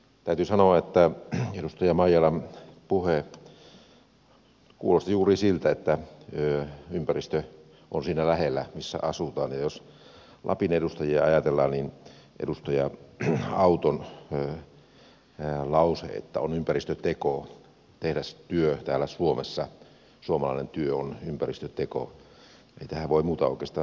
täytyy sanoa että edustaja maijalan puhe kuulosti juuri siltä että ympäristö on siinä lähellä missä asutaan ja jos lapin edustajia ajatellaan niin edustaja auton lauseeseen että on ympäristöteko tehdä työ täällä suomessa suomalainen työ on ympäristöteko ei voi muuta oikeastaan sanoa